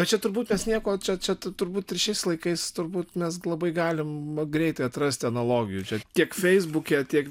bet čia turbūt tas nieko čia tu turbūt ir šiais laikais turbūt mes labai galim greitai atrasti analogijų čia tiek feisbuke tiek